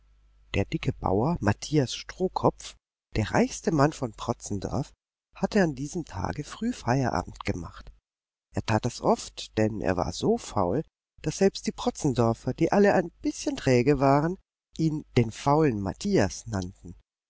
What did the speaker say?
der dicke bauer matthias strohkopf der reichste mann von protzendorf hatte an diesem tage früh feierabend gemacht er tat das oft denn er war so faul daß selbst die protzendorfer die alle ein bißchen träge waren ihn den faulen matthias nannten